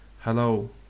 hello